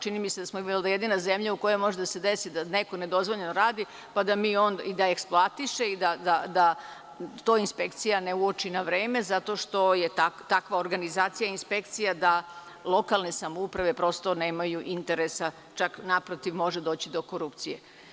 Čini mi se da smo mi jednina zemlja u kojoj može da se desi da neko nedozvoljeno radi i da eksploatiše i da to inspekcija ne uoči na vreme, zato što je takva organizacija inspekcija da lokalne samouprave prosto nemaju interesa, čak naprotiv, može da dođe do korupcije.